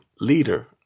leader